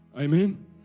Amen